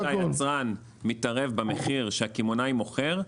בסוף היצרן מתערב במחיר שהקמעונאי מוכר,